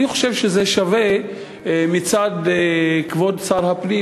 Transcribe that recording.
אני חושב שזה שווה מצד כבוד שר הפנים,